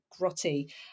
grotty